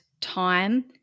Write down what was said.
time